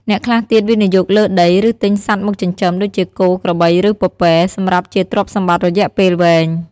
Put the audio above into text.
អ្នកខ្លះទៀតវិនិយោគលើដី ឬទិញសត្វមកចិញ្ចឹម ដូចជាគោ ក្របី ឬ ពពែ សម្រាប់ជាទ្រព្យសម្បត្តិរយៈពេលវែង។